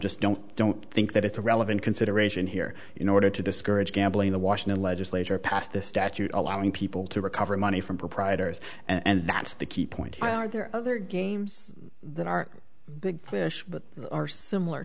just don't don't think that it's a relevant consideration here in order to discourage gambling the washington legislature passed this statute allowing people to recover money from proprietors and that's the key point why are there other games that are big fish what are similar